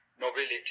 nobility